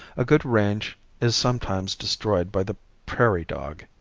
a good range is sometimes destroyed by the prairie dog.